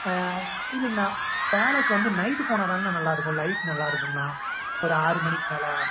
ஆ இல்லைங்கண்ணா பேலஸ் வந்து நைட்டு போனால்தாங்கண்ணா நல்லா இருக்கும் லைட் நல்லா இருக்குங்கண்ணா ஒரு ஆறு மணிக்கு மேலே